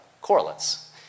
correlates